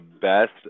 best